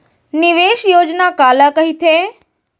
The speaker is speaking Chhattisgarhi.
निवेश योजना काला कहिथे?